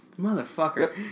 Motherfucker